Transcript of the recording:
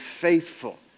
faithful